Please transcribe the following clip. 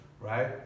right